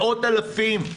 מאות אלפים,